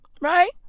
Right